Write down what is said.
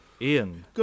Ian